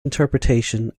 interpretation